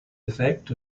effect